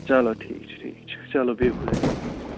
چلو ٹھیٖکھ چھُ ٹھیٖکھ چھُ چلو بِہِو خۄدایَس حوالہٕ